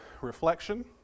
reflection